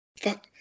Fuck